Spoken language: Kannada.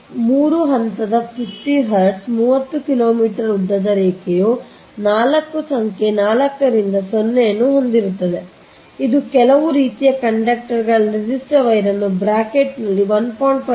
ಆದ್ದರಿಂದ 3 ಹಂತ 50 ಹರ್ಟ್ಜ್ 30 ಕಿಲೋಮೀಟರ್ ಉದ್ದದ ರೇಖೆಯು 4 ಸಂಖ್ಯೆ 4 ರಿಂದ 0 ಅನ್ನು ಹೊಂದಿರುತ್ತದೆ ಇದು ಕೆಲವು ರೀತಿಯ ಕಂಡಕ್ಟರ್ಗಳ ನಿರ್ದಿಷ್ಟ ವೈರ್ನ್ನು ಬ್ರಾಕೆಟ್ನಲ್ಲಿ 1